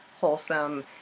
wholesome